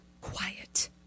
quiet